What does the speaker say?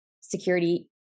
security